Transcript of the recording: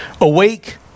Awake